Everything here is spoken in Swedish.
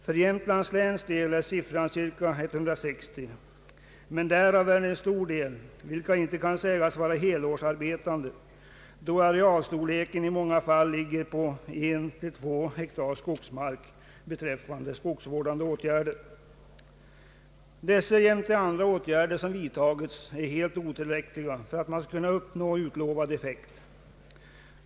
För Jämtlands län är siffran cirka 160, men därav är det en stor del som inte kan sägas vara helårsarbetande, då arealstorleken i många fall ligger på en å två hektar skogsmark beträffande skogsvårdande åtgärder. Dessa jämte andra åtgärder som vidtagits är helt otillräckliga för att man skall kunna uppnå utlovad effekt.